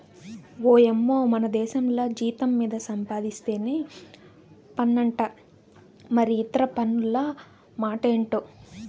ఓయమ్మో మనదేశంల జీతం మీద సంపాధిస్తేనే పన్నంట మరి ఇతర పన్నుల మాటెంటో